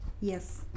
yes